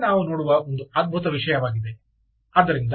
ಇದೇ ನಾವು ಇಲ್ಲಿ ನೋಡುವ ಒಂದು ಅದ್ಭುತ ವಿಷಯವಾಗಿದೆ